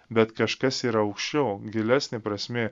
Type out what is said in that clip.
bet kažkas yra aukščiau gilesnė prasmė